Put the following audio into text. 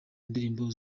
ndirimbo